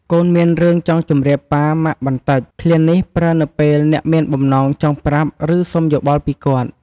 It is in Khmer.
"កូនមានរឿងចង់ជម្រាបប៉ា ម៉ាក់បន្តិច!" ឃ្លានេះប្រើនៅពេលអ្នកមានបំណងចង់ប្រាប់ ឬសុំយោបល់ពីគាត់។